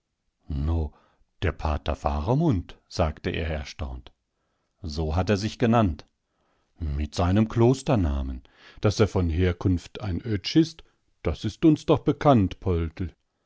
der pater faramund sagte er erstaunt so hat er sich genannt mit seinem klosternamen daß er von herkunft ein oetsch ist das ist uns doch bekannt poldl